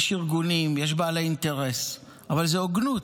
יש ארגונים, יש בעלי אינטרס, אבל זו הוגנות.